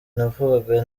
navugaga